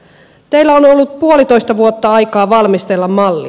teillä on ollut puolitoista vuotta aikaa valmistella malli